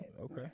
Okay